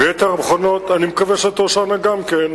ויתר המכונות אני מקווה שתאושרנה גם כן,